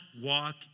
walk